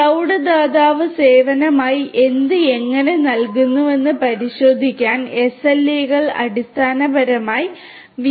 അതിനാൽ ക്ലൌഡ് ദാതാവ് സേവനമായി എന്ത് എങ്ങനെ നൽകുന്നുവെന്ന് പരിശോധിക്കാൻ SLA കൾ അടിസ്ഥാനപരമായി വ്യാവസായിക ക്ലയന്റുകളെ സഹായിക്കുന്നു